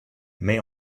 may